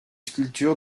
sculptures